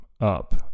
up